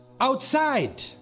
outside